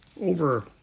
over